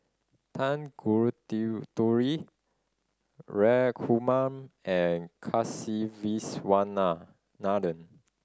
Raghuram and